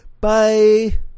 Bye